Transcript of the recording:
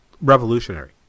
revolutionary